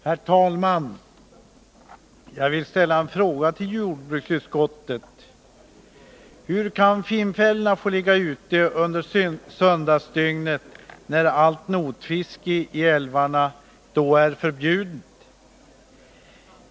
Herr talman! Jag vill ställa en fråga till jordbruksutskottet: Hur kan finnfällorna få ligga ute under söndagsdygnet, när allt notfiske i älvarna då är förbjudet?